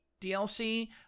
DLC